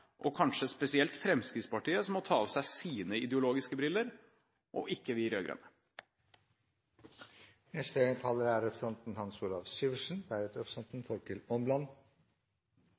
og kanskje spesielt Fremskrittspartiet, som må ta av seg sine ideologiske briller, og ikke vi rød-grønne. Jeg synes det er en interessant problemstilling som representanten